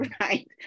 right